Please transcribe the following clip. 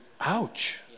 Ouch